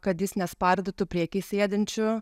kad jis nespardytų prieky sėdinčių